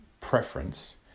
preference